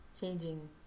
changing